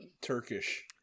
Turkish